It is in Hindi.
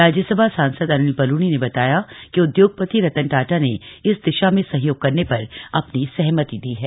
राज्यसभा सांसद अनिल बलूनी ने बताया कि उद्योगपति रतन टाटा ने इस दिशा में सहयोग करने पर सहमति दी है